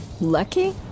lucky